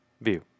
view